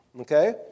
okay